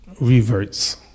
reverts